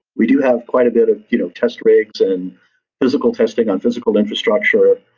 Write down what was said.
we do have quite a bit of you know test rigs and physical testing on physical infrastructure,